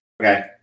Okay